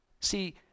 See